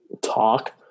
talk